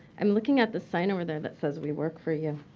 i'm looking at the sign over there that says we work for you.